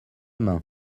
main